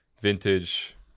vintage